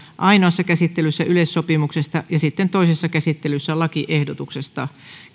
ainoassa käsittelyssä yleissopimuksesta ja sitten toisessa käsittelyssä lakiehdotuksesta